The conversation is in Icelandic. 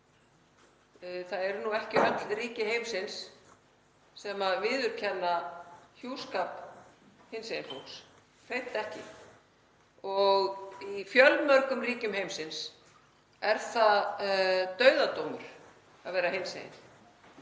Það eru nú ekki öll ríki heimsins sem viðurkenna hjúskap hinsegin fólks, hreint ekki, og í fjölmörgum ríkjum heimsins er það dauðadómur að vera hinsegin.